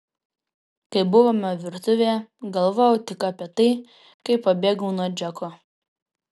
kai buvome virtuvėje galvojau tik apie tai kaip pabėgau nuo džeko